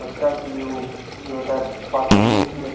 बच्चा के लिए ऊ जो होता है पाती ऊ भी रख